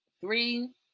three